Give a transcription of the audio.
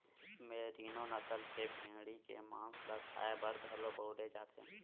मेरिनों नसल के भेड़ी के मांस ल खाए बर घलो बउरे जाथे